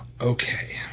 Okay